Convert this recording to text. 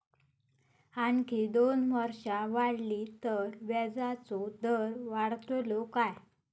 आणखी दोन वर्षा वाढली तर व्याजाचो दर वाढतलो काय?